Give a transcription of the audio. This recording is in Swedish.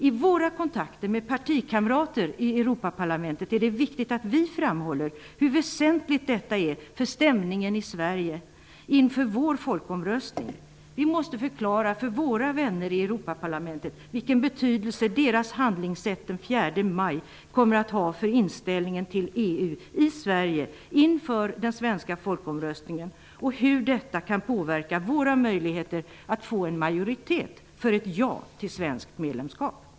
I våra kontakter med partikamrater i Europaparlamentet är det viktigt att vi framhåller hur väsentligt detta är för stämningen i Sverige inför vår folkomröstning. Vi måste förklara för våra vänner i Europaparlamentet vilken betydelse deras handlingssätt den 4 maj kommer att få för Sveriges inställning till EU inför den svenska folkomröstningen och hur detta kan påverka våra möjligheter att få en majoritet för ett ja till svenskt medlemskap.